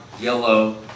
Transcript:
yellow